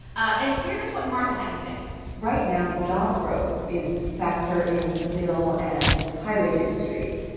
and here is what martha had to say right now, job growth is faster in middle and high-wage industries.